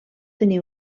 tenir